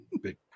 Big